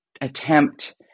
attempt